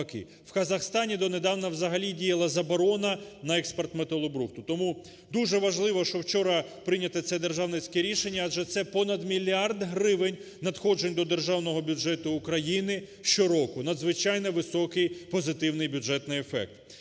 В Казахстані, донедавна, взагалі діяла заборона на експорт металобрухту. Тому дуже важливо, що вчора прийнято це державницьке рішення, адже це понад мільярд гривень надходжень до державного бюджету України щороку, надзвичайно високий, позитивний бюджетний ефект.